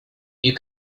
you